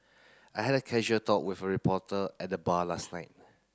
I had a casual talk with a reporter at the bar last night